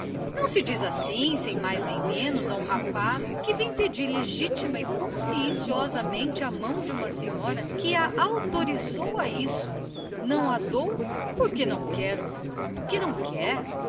não se diz assim sem mais nem menos a um homem que vem legítima e conscienciosamente pedir a mão de uma senhora que a isso o autorizou não lha dou porque não quero por que não quer